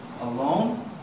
alone